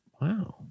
Wow